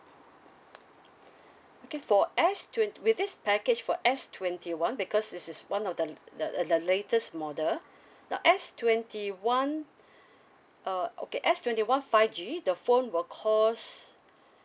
okay for S twenty with this package for S twenty one because this is one of the the the latest model S twenty one uh okay S twenty one five G the phone will cost